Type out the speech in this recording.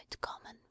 common